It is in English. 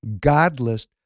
godless